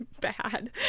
bad